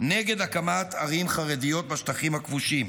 נגד הקמת ערים חרדיות בשטחים הכבושים.